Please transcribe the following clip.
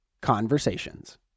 conversations